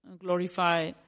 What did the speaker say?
glorify